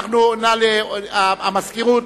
המזכירות,